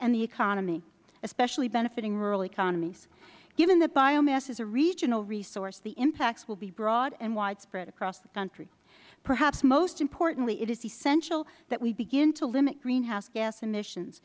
and the economy especially benefiting rural economies given that biomass is a regional resource the impacts will be broad and widespread across the country perhaps most importantly it is essential that we begin to limit greenhouse gas emissions